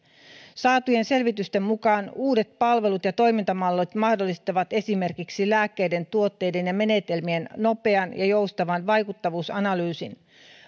saatujen selvitysten mukaan uudet palvelut ja toimintamallit mahdollistavat esimerkiksi lääkkeiden tuotteiden ja menetelmien nopean ja joustavan vaikuttavuusanalyysin